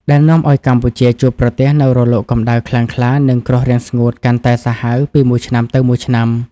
ដែលនាំឱ្យកម្ពុជាជួបប្រទះនូវរលកកម្ដៅខ្លាំងក្លា និងគ្រោះរាំងស្ងួតកាន់តែសាហាវពីមួយឆ្នាំទៅមួយឆ្នាំ។